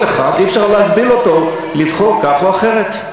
כל אחד, אי-אפשר להגביל אותו לבחור כך או אחרת.